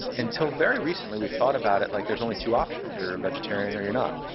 until very recently, we've thought about it like there's only two options. you're a vegetarian or you're not.